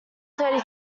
thirty